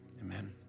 Amen